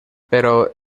però